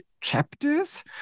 chapters